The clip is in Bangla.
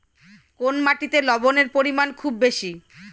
কোন মাটিতে লবণের পরিমাণ খুব বেশি?